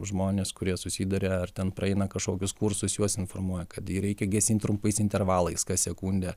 žmonės kurie susiduria ar ten praeina kažkokius kursus juos informuoja kad jei reikia gesinti trumpais intervalais kas sekundę